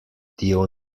dio